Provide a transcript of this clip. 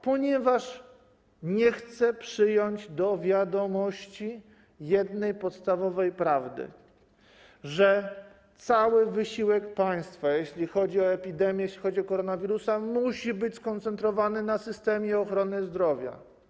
Ponieważ nie chce przyjąć do wiadomości jednej podstawowej prawdy: cały wysiłek państwa, jeśli chodzi o epidemię, jeśli chodzi o koronawirusa, musi być skoncentrowany na systemie ochrony zdrowia.